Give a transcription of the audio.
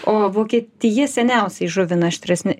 o vokietija seniausiai žuvina aštriasni